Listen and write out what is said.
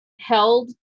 held